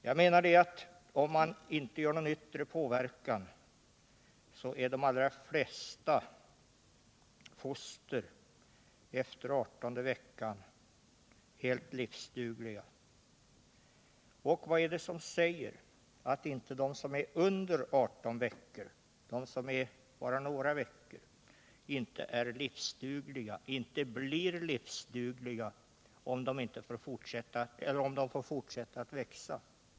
De allra flesta foster är helt livsdugliga efter 18:e veckan, såvida de inte utsätts för någon yttre påverkan. Och vad är det som säger att de foster som är under 18 veckor, de som bara är några veckor, inte är livsdugliga eller inte blir det, om de får fortsätta att växa?